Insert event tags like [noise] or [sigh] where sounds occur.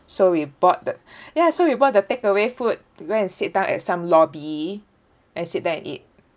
[breath] so we bought the [breath] ya so we bought the takeaway food to go and sit down at some lobby and sit there and eat